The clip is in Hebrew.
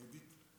מיידית.